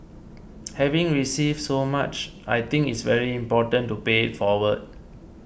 having received so much I think it's very important to pay it forward